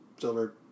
silver